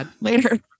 Later